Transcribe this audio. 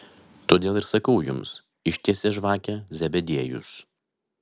todėl ir sakau jums ištiesė žvakę zebediejus